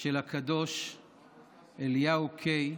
של הקדוש אליהו קיי,